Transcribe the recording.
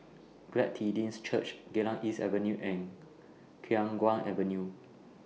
Glad Tidings Church Geylang East Avenue and Khiang Guan Avenue